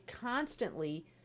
constantly